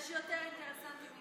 יש יותר אינטרסנטי מזה?